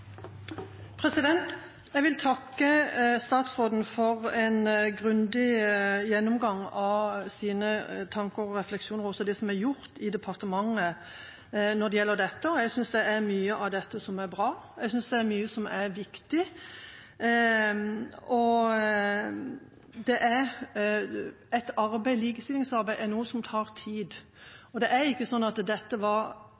Jeg vil takke statsråden for en grundig gjennomgang av sine tanker og refleksjoner og også det som er gjort i departementet når det gjelder dette. Jeg synes det er mye av dette som er bra, jeg synes det er mye som er viktig. Likestillingsarbeid er noe som tar tid, og det er